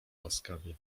łaskawie